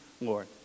Lord